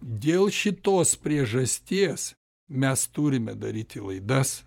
dėl šitos priežasties mes turime daryti laidas